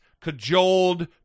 cajoled